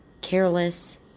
careless